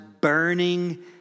burning